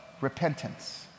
Repentance